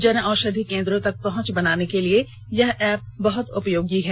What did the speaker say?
जन औषधि केंद्रों तक पहंच बनाने के लिए यह एप्प बहत उपयोगी है